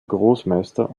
großmeister